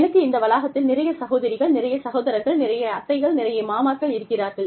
எனக்கு இந்த வளாகத்தில் நிறையச் சகோதரிகள் நிறையச் சகோதரர்கள் நிறைய அத்தைகள் நிறைய மாமாக்கள் இருக்கிறார்கள்